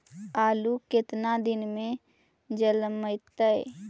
आलू केतना दिन में जलमतइ?